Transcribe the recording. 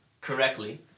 correctly